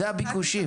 זה הביקושים.